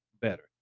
better